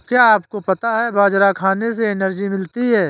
क्या आपको पता है बाजरा खाने से एनर्जी मिलती है?